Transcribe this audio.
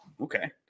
Okay